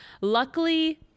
Luckily